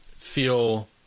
feel